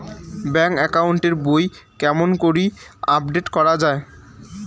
Bank account এর বই কেমন করি আপডেট করা য়ায়?